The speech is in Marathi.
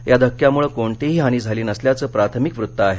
या धक्क्यामुळे कोणतीही हानी झाली नसल्याचं प्राथमिक वृत्त आहे